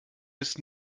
ist